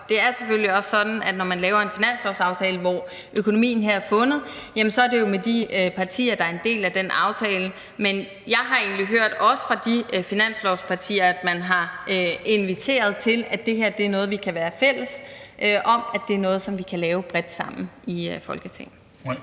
Det er selvfølgelig også sådan, at når man laver en finanslovsaftale, hvor økonomien her er fundet, så er det jo med de partier, der er en del af den aftale. Men jeg har egentlig hørt, også fra de finanslovspartier, at man har inviteret til, at det her er noget, vi kan være fælles om; at det er noget, som vi kan lave bredt sammen i Folketinget.